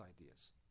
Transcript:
ideas